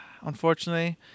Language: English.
Unfortunately